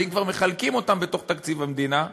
ואם כבר מחלקים אותם בתוך תקציב המדינה,